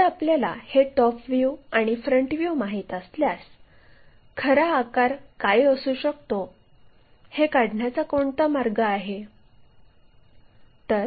जर आपल्याला हे टॉप व्ह्यू आणि फ्रंट व्ह्यू माहित असल्यास खरा आकार काय असू शकतो हे काढण्याचा कोणता मार्ग आहे